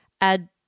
add